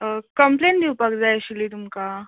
complain दिवपाक जाय आशिल्ली तुमकां